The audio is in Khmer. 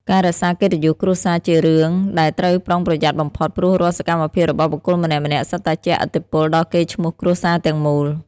ការរក្សាកិត្តិយសគ្រួសារជារឿងដែលត្រូវប្រុងប្រយ័ត្នបំផុត ព្រោះរាល់សកម្មភាពរបស់បុគ្គលម្នាក់ៗ សុទ្ធតែជះឥទ្ធិពលដល់កេរ្តិ៍ឈ្មោះគ្រួសារទាំងមូល។